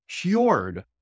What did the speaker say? cured